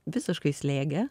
visiškai slėgė